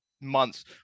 months